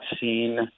seen